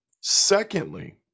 Secondly